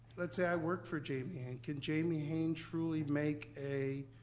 let's say i work for jamie and can jamie haynes truly make a